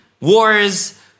wars